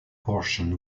portion